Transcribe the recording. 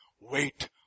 wait